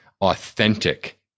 authentic